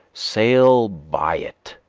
sail by it,